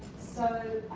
so,